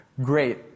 great